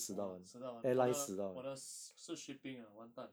!wah! 死到完我的我的是 shipping ah 完蛋